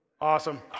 Awesome